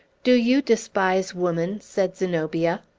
do you despise woman? said zenobia. ah,